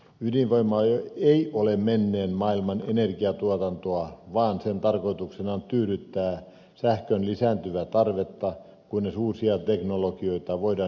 ydinvoima ei ole menneen maailman energiatuotantoa vaan sen tarkoituksena on tyydyttää sähkön lisääntyvää tarvetta kunnes uusia teknologioita voidaan hyödyntää